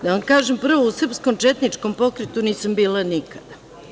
Da vam kažem, prvo u Srpskom četničkom pokretu nisam bila nikada.